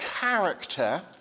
character